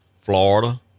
Florida